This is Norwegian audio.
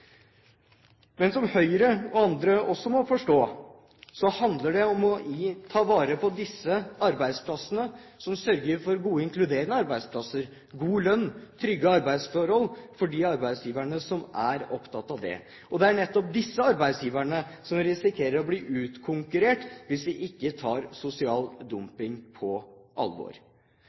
Men som Høyre og andre også må forstå, handler det om å ta vare på de arbeidsgiverne som sørger for gode, inkluderende arbeidsplasser, god lønn og trygge arbeidsforhold – de arbeidsgiverne som er opptatt av det – og det er nettopp disse arbeidsgiverne som risikerer å bli utkonkurrert hvis vi ikke tar sosial dumping på alvor.